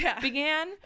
began